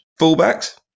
Fullbacks